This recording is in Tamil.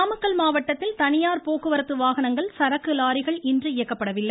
நாமக்கல் மாவட்டத்தில் தனியார் போக்குவரத்து வாகனங்கள் சரக்கு லாரிகள் இன்று இயக்கப்படவில்லை